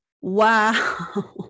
Wow